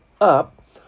up